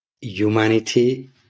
humanity